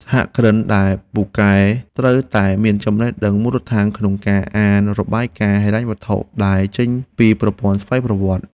សហគ្រិនដែលពូកែត្រូវតែមានចំណេះដឹងមូលដ្ឋានក្នុងការអានរបាយការណ៍ហិរញ្ញវត្ថុដែលចេញពីប្រព័ន្ធស្វ័យប្រវត្តិ។